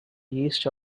east